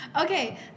Okay